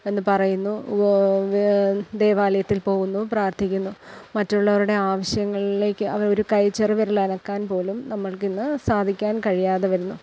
എന്ന് പറയുന്നു ദേവാലയത്തിൽ പോകുന്നു പ്രാർത്ഥിക്കുന്നു മറ്റുള്ളവരുടെ ആവശ്യങ്ങളിലേക്ക് അവർ ഒരു കൈ ചെറുവിരൽ അനക്കാൻ പോലും നമ്മൾക്ക് ഇന്ന് സാധിക്കാൻ കഴിയാതെ വരുന്നു